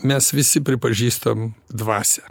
mes visi pripažįstam dvasią